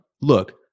Look